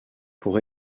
pour